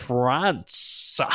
France